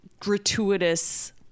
gratuitous